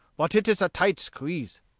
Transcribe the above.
but it is a tight squeeze.